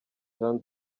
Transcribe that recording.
jean